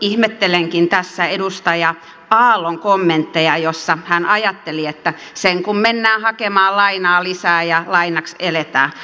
ihmettelenkin tässä edustaja aallon kommentteja joissa hän ajatteli että sen kuin mennään hakemaan lainaa lisää ja lainaksi eletään